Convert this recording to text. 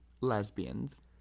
Lesbians